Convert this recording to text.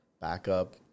backup